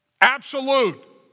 absolute